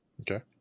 Okay